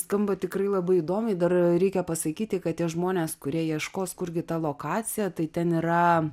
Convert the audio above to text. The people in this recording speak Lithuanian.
skamba tikrai labai įdomiai dar reikia pasakyti kad tie žmonės kurie ieškos kurgi ta lokacija tai ten yra